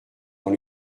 dans